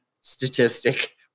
statistic